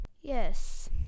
Yes